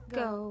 go